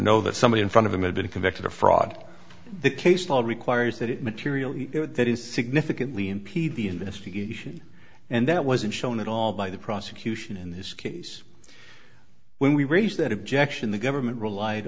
know that somebody in front of them had been convicted of fraud the case law requires that material that is significantly impede the investigation and that wasn't shown at all by the prosecution in this case when we raised that objection the government relied